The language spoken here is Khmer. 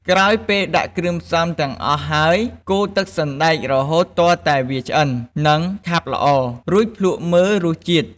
ក្រោយពេលដាក់គ្រឿងផ្សំទាំងអស់ហើយ កូរទឹកសណ្ដែករហូតទាល់តែវាឆ្អិន និងខាប់ល្អ រួចភ្លក់មើលរសជាតិ។